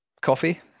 coffee